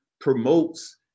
promotes